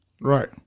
Right